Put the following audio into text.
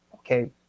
okay